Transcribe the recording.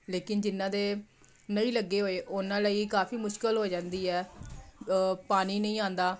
ਲੇਕਿਨ ਜਿਹਨਾਂ ਦੇ ਨਹੀਂ ਲੱਗੇ ਹੋਏ ਉਹਨਾਂ ਲਈ ਕਾਫੀ ਮੁਸ਼ਕਲ ਹੋ ਜਾਂਦੀ ਹੈ ਪਾਣੀ ਨਹੀਂ ਆਉਂਦਾ